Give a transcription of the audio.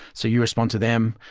so you respond to them.